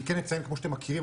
אני כן אציין כמו שאתם מכירים,